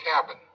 cabin